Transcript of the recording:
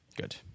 Good